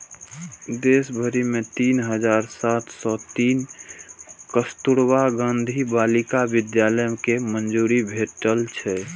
देश भरि मे तीन हजार सात सय तीन कस्तुरबा गांधी बालिका विद्यालय कें मंजूरी भेटल छै